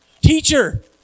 Teacher